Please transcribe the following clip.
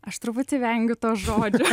aš truputį vengiu to žodžio